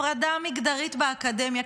הפרדה מגדרית באקדמיה,